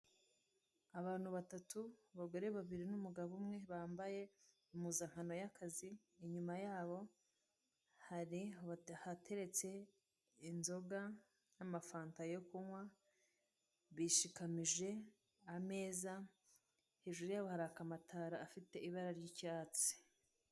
Abantu batatu abagore babiri n'umugabo umwe bambaye impuzankano y'akazi, inyuma yabo hari ahateretse inzoga n'amafanta yo kunywa bishikamije ameza, hejuru yabo haraka amatara afite ibara ry'icyatsi.